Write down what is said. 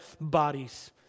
bodies